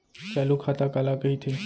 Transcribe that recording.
चालू खाता काला कहिथे?